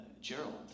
Gerald